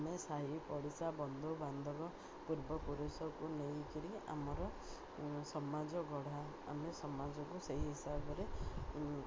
ଆମେ ସାହି ପଡ଼ିଶା ବନ୍ଧୁ ବାନ୍ଧବ ପୂର୍ବପୁରୁଷକୁ ନେଇକିରି ଆମର ସମାଜ ଗଢ଼ା ଆମେ ସମାଜକୁ ସେହି ହିସାବରେ